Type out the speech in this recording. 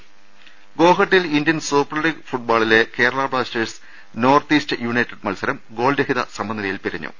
രുട്ട്ട്ട്ട്ട്ട്ട്ട ഗോഹട്ടിയിൽ Indian super league ഫുട്ബോളിലെ Kerala Blasters North East United മത്സരം ഗോൾരഹിത സമനിലയിൽ പിരി ഞ്ഞു